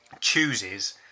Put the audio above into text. chooses